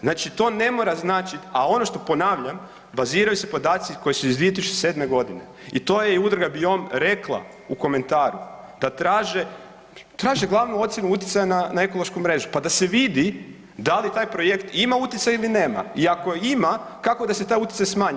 Znači to ne mora značiti, a ono što ponavljam baziraju se podaci koji su iz 2007. godine i to je i Udruga BIOM i rekla u komentaru da traže, traže glavnu ocjenu utjecaja na ekološku mrežu pa da se vidi da li taj projekt ima utjecaj ili nema i ako ima kako da se taj utjecaj smanji.